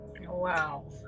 Wow